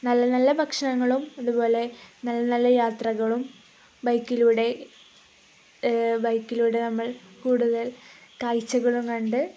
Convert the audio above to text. നല്ല നല്ല ഭക്ഷണങ്ങളും അതുപോലെ നല്ല നല്ല യാത്രകളും ബൈക്കിലൂടെ ബൈക്കിലൂടെ നമ്മൾ കൂടുതൽ കാഴ്ചകളും കണ്ട്